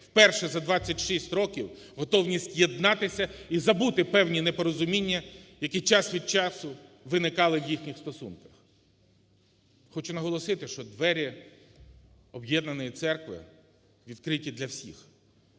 вперше за 26 років готовність єднатися і забути певні непорозуміння, які час від часу виникали в їхніх стосунках. Хочу наголосити, що двері об'єднаної церкви відкриті для всіх.